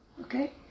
Okay